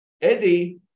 Eddie